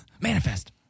manifest